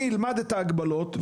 אני אלמד את ההגבלות,